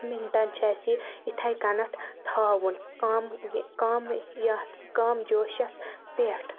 مِنٹَن چھُ اَسہِ یہِ اِتھے کنیتھ تھاوُن کم کَم یتھ کَم جوشَس پیٹھ